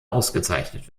ausgezeichnet